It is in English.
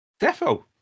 Defo